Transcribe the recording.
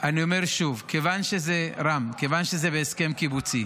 אני אומר שוב, רם, כיוון שזה בהסכם קיבוצי,